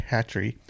Hatchery